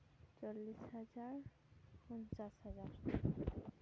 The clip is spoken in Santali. ᱪᱚᱞᱞᱤᱥ ᱦᱟᱡᱟᱨ ᱯᱚᱧᱪᱟᱥ ᱦᱟᱡᱟᱨ